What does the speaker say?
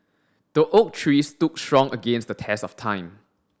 the oak tree stood strong against the test of time